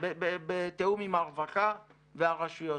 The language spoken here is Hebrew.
בתיאום עם הרווחה והרשויות.